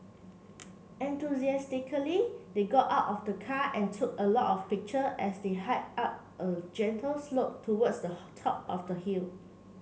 enthusiastically they got out of the car and took a lot of picture as they hiked up a gentle slope towards the top of the hill